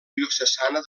diocesana